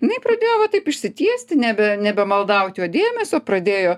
jinai pradėjo va taip išsitiesti nebe nebe maldauti jo dėmesio pradėjo